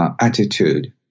attitude